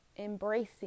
Embracing